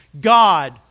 God